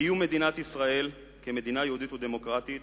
קיום מדינת ישראל כמדינה יהודית ודמוקרטית